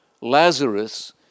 Lazarus